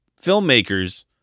filmmakers